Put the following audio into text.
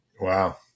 Wow